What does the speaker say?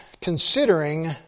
considering